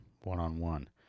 one-on-one